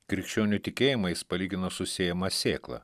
krikščionių tikėjimą jis palygino su sėjama sėkla